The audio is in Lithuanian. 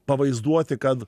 pavaizduoti kad